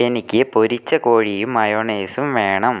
എനിക്ക് പൊരിച്ച കോഴിയും മയൊണൈസും വേണം